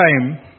time